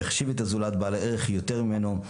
והחשיב את הזולת בעלי ערך יותר ממנו,